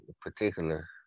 particular